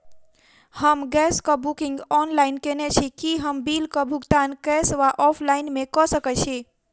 हम गैस कऽ booking online केने छी, की हम बिल कऽ भुगतान कैश वा ऑफलाइन मे कऽ सकय छी?